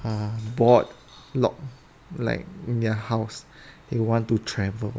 uh bored lock like in their house they want to travel